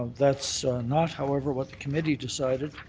that's not however what the committee decided.